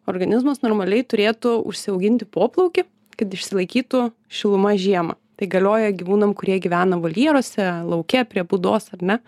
organizmas normaliai turėtų užsiauginti poplaukį kad išsilaikytų šiluma žiemą tai galioja gyvūnam kurie gyvena voljeruose lauke prie būdos ar ne